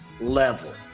level